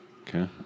Okay